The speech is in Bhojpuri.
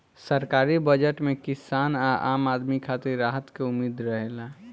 सरकारी बजट में किसान आ आम आदमी खातिर राहत के उम्मीद रहेला